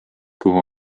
kuhu